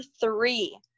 three